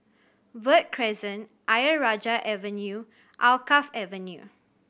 Verde Crescent Ayer Rajah Avenue Alkaff Avenue